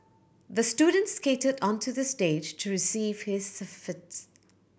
the student skated onto the stage to receive his